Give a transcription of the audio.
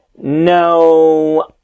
no